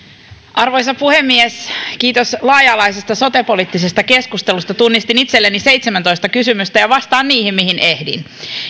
arvoisa puhemies kiitos laaja alaisesta sote poliittisesta keskustelusta tunnistin itselleni seitsemäntoista kysymystä ja vastaan niihin mihin ehdin